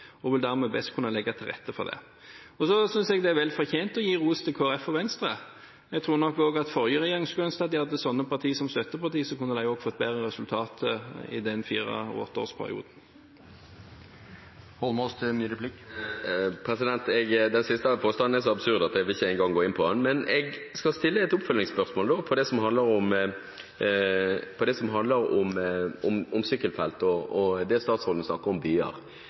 og vil dermed best kunne legge til rette for det. Jeg synes det er vel fortjent å gi ros til Kristelig Folkeparti og Venstre. Jeg tror nok også at den forrige regjeringen skulle ønsket at de hadde sånne partier som støttepartier, for da kunne de også fått bedre resultater i den åtte års perioden. Den siste påstanden er så absurd at jeg ikke en gang vil gå inn på den. Men jeg skal stille et oppfølgingsspørsmål om det som handler om sykkelfelt, og det som statsråden sier om byer,